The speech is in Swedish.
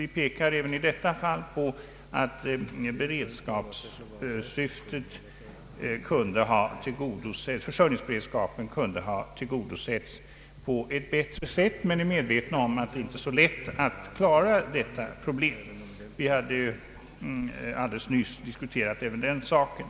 Vi pekar även i detta fall på att försörjningsberedskapen kunde ha tillgodosetts på ett bättre sätt, men vi är medvetna om att det inte är så lätt att klara detta problem. Vi diskuterade nyss även den saken.